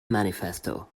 manifesto